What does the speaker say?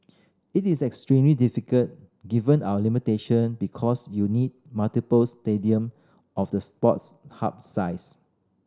it is extremely difficult given our limitation because you need multiple stadium of the Sports Hub size